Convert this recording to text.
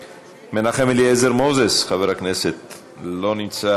חבר הכנסת מנחם אליעזר מוזס, אינו נוכח.